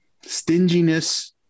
stinginess